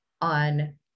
on